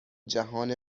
جهان